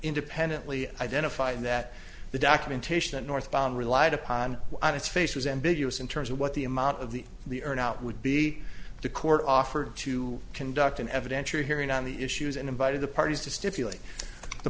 independently identified that the documentation that northbound relied upon on its face was ambiguous in terms of what the amount of the the earn out would be the court offered to conduct an evidentiary hearing on the issues and invited the parties to stipulate the